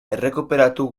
errekuperatu